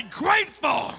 grateful